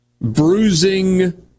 bruising